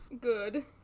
Good